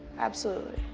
absolutely.